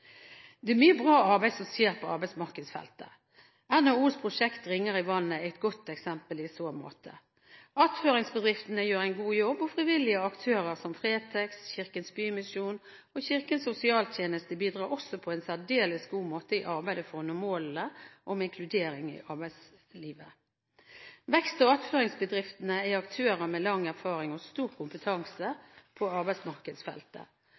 Det er mye bra arbeid som skjer på arbeidsmarkedsfeltet. NHOs prosjekt Ringer i vannet er et godt eksempel i så måte. Attføringsbedriftene gjør en god jobb, og frivillige aktører som Fretex, Kirkens Bymisjon og Kirkens Sosialtjeneste bidrar også på en særdeles god måte i arbeidet for å nå målene om inkludering i arbeidslivet. Vekst- og attføringsbedriftene er aktører med lang erfaring og stor kompetanse på arbeidsmarkedsfeltet,